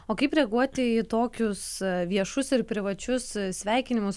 o kaip reaguoti į tokius viešus ir privačius sveikinimus